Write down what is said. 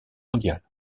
mondiale